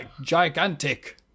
gigantic